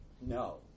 No